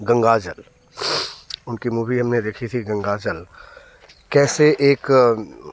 गंगाजल उनकी मूवी हम ने देखी थी गंगाजल कैसे एक